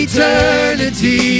Eternity